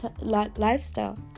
lifestyle